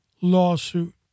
lawsuit